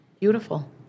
Beautiful